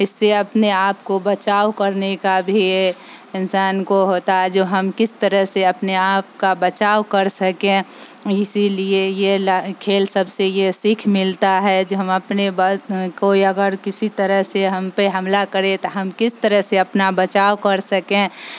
اس سے اپنے آپ کو بچاؤ کرنے کا بھی انسان کو ہوتا ہے جو ہم کس طرح سے اپنے آپ کا بچاؤ کر سکیں اسی لیے یہ کھیل سب سے یہ سیکھ ملتا ہے جو ہم اپنے بل کوئی اگر کسی طرح سے ہم پہ حملہ کرے تو ہم کس طرح سے اپنا بچاؤ کر سکیں